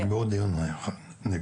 נקבע דיון נוסף?